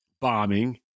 bombing